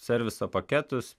serviso paketus